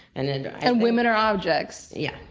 and and and women are objects. yeah.